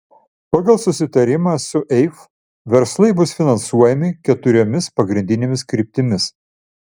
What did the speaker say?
pagal susitarimą su eif verslai bus finansuojami keturiomis pagrindinėmis kryptimis